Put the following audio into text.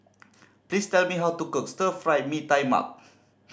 please tell me how to cook Stir Fried Mee Tai Mak